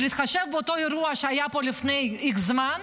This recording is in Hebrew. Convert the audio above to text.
בהתחשב באותו אירוע שהיה פה לפני איקס זמן,